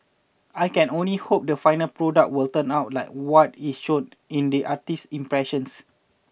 I can only hope the final product will turn out like what is shown in the artist's impressions